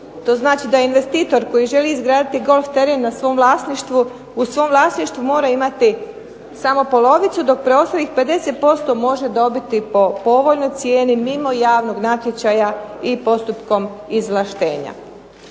to znači da investitor koji želi izgraditi golf teren u svom vlasništvu mora imati samo polovicu dok preostalih 50% može dobiti po povoljnoj cijeni mimo javnog natječaja i postupkom izvlaštenja.